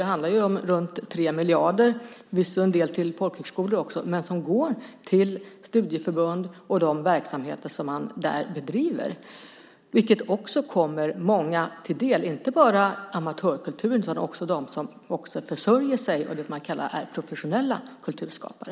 Det handlar ju om runt 3 miljarder, förvisso en del till folkhögskolor också men som går till studieförbund och de verksamheter som man bedriver där, vilket också kommer många till del, inte bara amatörkulturen utan också dem som försörjer sig och som är professionella kulturskapare.